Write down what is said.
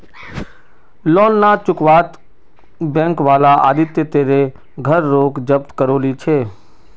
loan ना चुकावाता bank वाला आदित्य तेरे घर रोक जब्त करो ली छे